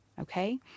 okay